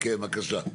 כן, בבקשה.